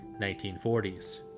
1940s